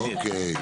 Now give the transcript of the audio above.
בבקשה.